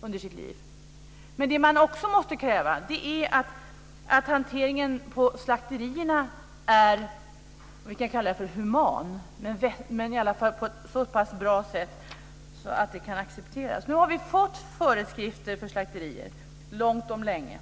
under sitt liv. Men man måste också kräva att hanteringen på slakterierna är human - jag vet inte om man kan kalla det så, men hanteringen ska i alla fall ske på ett så pass bra sätt att den kan accepteras. Nu har vi fått föreskrifter för slakterier långt om länge.